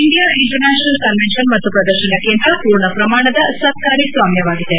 India international convention ಮತ್ತು ಪ್ರದರ್ಶನ ಕೇಂದ್ರ ಪೂರ್ಣ ಪ್ರಮಾಣದ ಸರ್ಕಾರಿ ಸ್ವಾಮ್ಯವಾಗಿದೆ